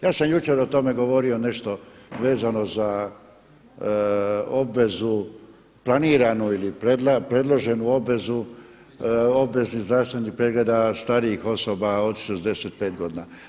Ja sam jučer o tome govorio nešto vezano za obvezu planiranu ili predloženu obveznu, obveznih zdravstvenih pregleda starijih osoba od 65 godina.